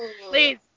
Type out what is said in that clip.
please